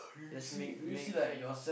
just make make friends